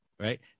Right